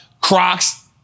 Crocs